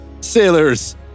Sailors